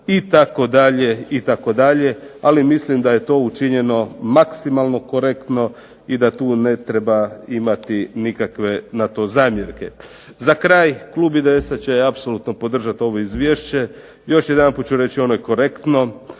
itd. Ali mislim da je to učinjeno maksimalno korektno i da tu ne treba imati na to nikakve zamjerke. Za kraj klub IDS-a će apsolutno podržati ovo izvješće. Još jedanput ću reći ono je korektno,